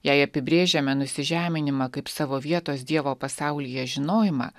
jei apibrėžiame nusižeminimą kaip savo vietos dievo pasaulyje žinojimą